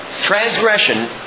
Transgression